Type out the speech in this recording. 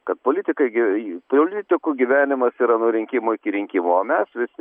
kad politikai gi politikų gyvenimas yra nuo rinkimų iki rinkimų o mes visi